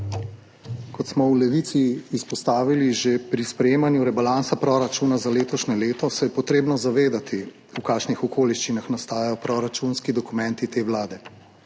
Kot smo v Levici izpostavili že pri sprejemanju rebalansa proračuna za letošnje leto, se je potrebno zavedati, v kakšnih okoliščinah nastajajo proračunski dokumenti te vlade.